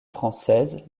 française